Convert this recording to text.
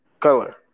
Color